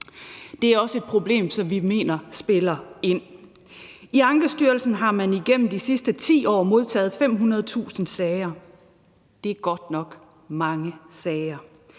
Det er også et problem, som vi mener spiller ind. I Ankestyrelsen har man igennem de sidste 10 år modtaget 500.000 sager. Det er godt nok mange sager.